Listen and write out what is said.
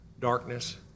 Darkness